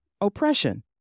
oppression